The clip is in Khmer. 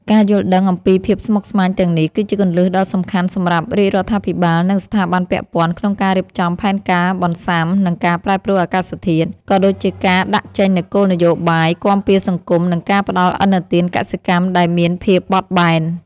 ការយល់ដឹងអំពីភាពស្មុគស្មាញទាំងនេះ គឺជាគន្លឹះដ៏សំខាន់សម្រាប់រាជរដ្ឋាភិបាល និងស្ថាប័នពាក់ព័ន្ធក្នុងការរៀបចំផែនការបន្ស៊ាំនឹងការប្រែប្រួលអាកាសធាតុ ក៏ដូចជាការដាក់ចេញនូវគោលនយោបាយគាំពារសង្គម និងការផ្តល់ឥណទានកសិកម្មដែលមានភាពបត់បែន។